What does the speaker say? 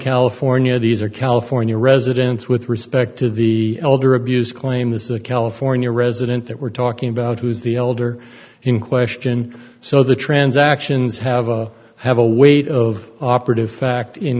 california these are california residents with respect to the elder abuse claim this is a california resident that we're talking about who is the elder in question so the transactions have a have a weight of operative fact in